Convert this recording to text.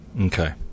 Okay